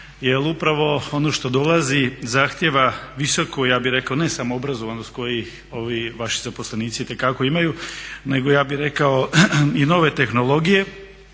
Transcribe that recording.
jer upravo ono što dolazi zahtijeva visoku ja bih rekao ne samo obrazovanost koju vaši zaposlenici itekako imaju, nego ja bih rekao i nove tehnologije.